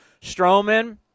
Strowman